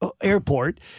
airport